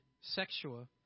sexual